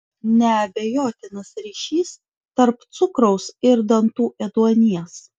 neabejotinas ryšys tarp cukraus ir dantų ėduonies